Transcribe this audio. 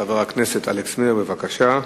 חבר הכנסת אלכס מילר, בבקשה.